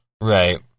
Right